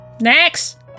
Next